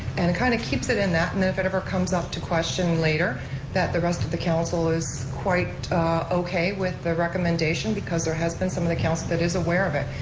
and it kind of keeps it in that and if it ever comes up to question later that the rest of the council is quite okay with the recommendation because there has been some of the council that is aware of it.